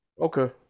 Okay